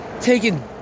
Taking